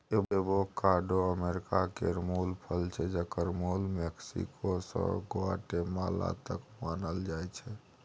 avocado America केर मुल फल छै जकर मुल मैक्सिको सँ ग्वाटेमाला तक मानल जाइ छै